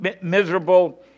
miserable